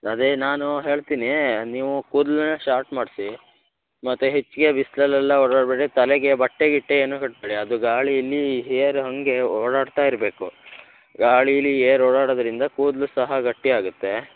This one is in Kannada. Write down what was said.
ಅದೇ ನಾನು ಹೇಳ್ತೀನಿ ನೀವು ಕೂದ್ಲನ್ನು ಶಾರ್ಟ್ ಮಾಡಿಸಿ ಮತ್ತು ಹೆಚ್ಚಿಗೆ ಬಿಸಿಲಲೆಲ್ಲ ಓಡಾಡಬೇಡಿ ತಲೆಗೆ ಬಟ್ಟೆ ಗಿಟ್ಟೆ ಏನೂ ಕಟ್ಟಬೇಡಿ ಅದು ಗಾಳಿಯಲ್ಲಿ ಹೇರ್ ಹಾಗೆ ಓಡಾಡ್ತಾ ಇರಬೇಕು ಗಾಳೀಲ್ಲಿ ಏರ್ ಓಡಾಡೋದ್ರಿಂದ ಕೂದಲು ಸಹ ಗಟ್ಟಿ ಆಗುತ್ತೆ